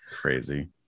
crazy